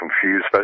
confused